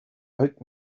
oak